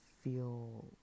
feel